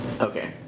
Okay